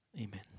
Amen